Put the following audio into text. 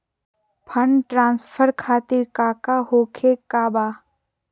Fund transfer खातिर काका होखे का बा?